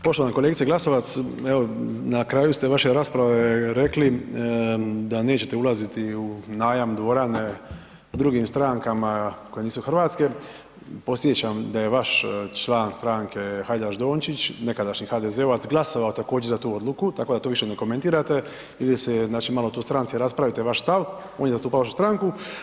Poštovana kolegice Glasovac, evo na kraju ste vaše rasprave rekli da nećete ulaziti u najam dvorane drugim strankama koje nisu hrvatske, podsjećam da je vaš član stranke Hajdaš Dončić, nekadašnji HDZ-ovac glasovao također za tu odluku tako da to više ne komentirate ili se, znači malo to u stranci raspravite vaš stav, on je zastupao vašu stranku.